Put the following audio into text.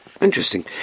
Interesting